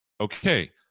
okay